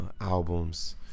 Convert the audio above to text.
albums